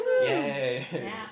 yay